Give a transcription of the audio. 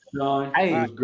hey